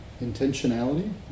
Intentionality